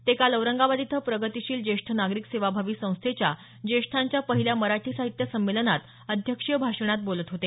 ते काल औरंगाबाद इथं प्रगतीशील ज्येष्ठ नागरिक सेवाभावी संस्थेच्या ज्येष्ठांच्या पहिल्या मराठी साहित्य संमेलनात अध्यक्षीय भाषणात बोलत होते